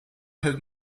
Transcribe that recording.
have